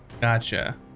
Gotcha